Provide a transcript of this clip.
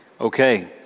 Okay